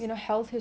!wow!